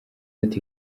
ati